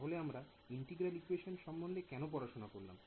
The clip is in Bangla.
তাহলে আমরা ইন্টিগ্রাল ইকোয়েশন সম্বন্ধে কেন পড়াশোনা করলাম